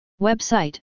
Website